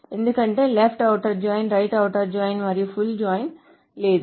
ఎందుకంటే left outer join right outer join మరియు full join లేదు